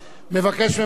וכך אעשה.